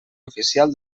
oficial